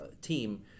team